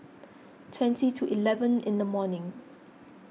twenty to eleven in the morning